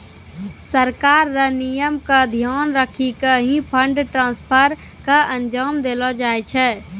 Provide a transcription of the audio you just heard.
सरकार र नियम क ध्यान रखी क ही फंड ट्रांसफर क अंजाम देलो जाय छै